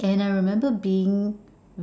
and I remember being